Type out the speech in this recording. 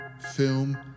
film